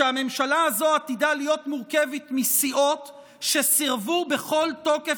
שהממשלה הזו עתידה להיות מורכבת מסיעות שסירבו בכל תוקף